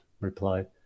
replied